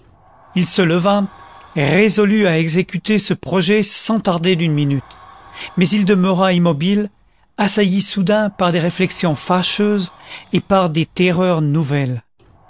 il se leva résolu à exécuter ce projet sans tarder d'une minute mais il demeura immobile assailli soudain par des réflexions fâcheuses et par des terreurs nouvelles